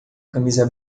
camisa